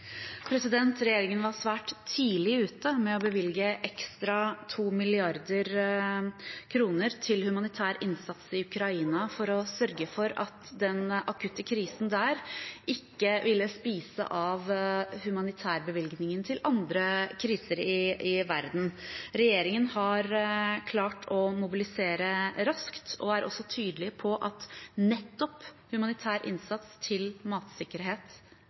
Regjeringen var svært tidlig ute med å bevilge 2 mrd. kr ekstra til humanitær innsats i Ukraina for å sørge for at den akutte krisen der ikke ville spise av humanitære bevilgninger til andre kriser i verden. Regjeringen har klart å mobilisere raskt, og er også tydelige på at nettopp humanitær innsats til matsikkerhet,